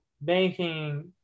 banking